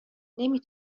نمی